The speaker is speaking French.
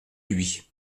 lui